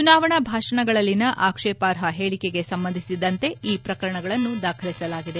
ಚುನಾವಣಾ ಭಾಷಣಗಳಲ್ಲಿನ ಆಕ್ಷೇಪಾರ್ಹ ಹೇಳಿಕೆಗೆ ಸಂಬಂಧಿಸಿದಂತೆ ಈ ಪ್ರಕರಣಗಳನ್ನು ದಾಖಲಿಸಲಾಗಿದೆ